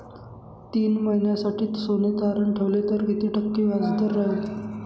तीन महिन्यासाठी सोने तारण ठेवले तर किती टक्के व्याजदर राहिल?